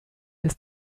ist